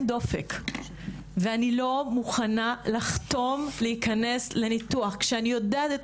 דופק ואני לא מוכנה לחתום להיכנס לניתוח כשאני יודעת את